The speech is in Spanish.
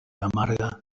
amarga